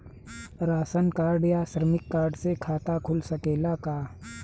Ration card या श्रमिक card से खाता खुल सकेला का?